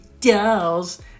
dolls